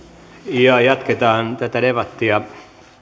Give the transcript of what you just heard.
jatketaan tätä debattia